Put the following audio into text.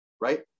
right